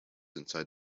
inside